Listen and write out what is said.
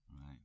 Right